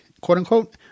quote-unquote